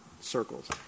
circles